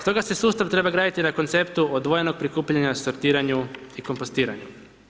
Stoga se sustav treba graditi na konceptu odvojenog prikupljanja, sortiranju i kompostiranju.